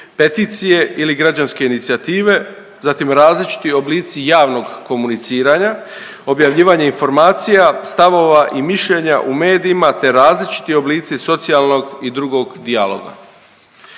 peticije ili građanske inicijative, zatim različiti oblici javnog komuniciranja, objavljivanje informacija, stavova i mišljenja u medijima te različiti oblici socijalnog i drugog dijaloga.